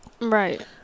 Right